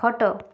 ଖଟ